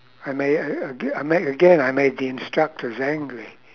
I ma~ uh uh ag~ I made again I made the instructors angry